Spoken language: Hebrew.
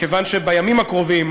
כיוון שבימים הקרובים,